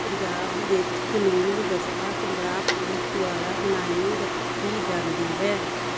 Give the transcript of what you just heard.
ਪੰਜਾਬ ਵਿੱਚ ਕਾਨੂੰਨ ਵਿਵਸਥਾ ਪੰਜਾਬ ਪੁਲਿਸ ਦੁਆਰਾ ਬਣਾਈ ਰੱਖੀ ਜਾਂਦੀ ਹੈ